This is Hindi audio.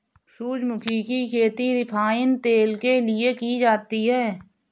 सूरजमुखी की खेती रिफाइन तेल के लिए की जाती है